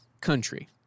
country